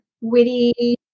witty